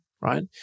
right